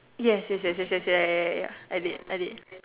yes yes yes yes yes yes ya I did I did